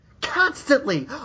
Constantly